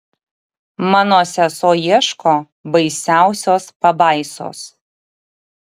mano sesuo ieško baisiausios pabaisos